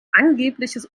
angebliches